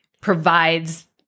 provides